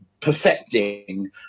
perfecting